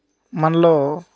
మనలో